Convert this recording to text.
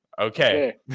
Okay